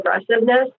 aggressiveness